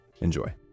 enjoy